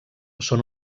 són